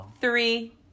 three